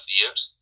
years